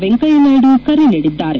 ವೆಂಕಯ್ಜನಾಯ್ಡು ಕರೆ ನೀಡಿದ್ದಾರೆ